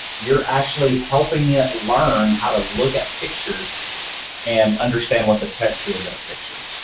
you're actually helping it learn how to look at pictures and understand what the text is in a picture.